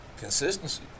Consistency